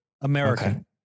American